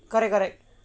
correct correct